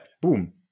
boom